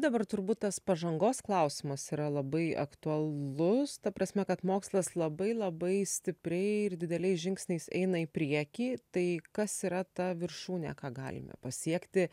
dabar turbūt tas pažangos klausimas yra labai aktualus ta prasme kad mokslas labai labai stipriai ir dideliais žingsniais eina į priekį tai kas yra ta viršūnė ką galime pasiekti